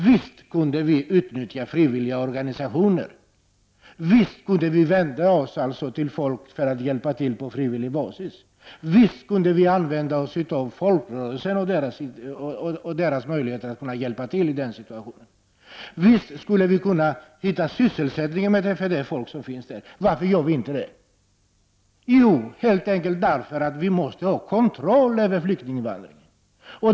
Visst kunde vi utnyttja frivilliga organisationer. Visst kunde vi vända oss till folk som kan hjälpa till på frivillig basis. Visst kunde vi använda folkrörelsen och dess möjligheter att hjälpa till i den situationen. Visst skulle vi kunna hitta sysselsättning för dessa människor. Varför gör vi inte det? Jo, helt enkelt därför att vi måste ha kontroll över flyktinginvandringen.